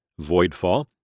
Voidfall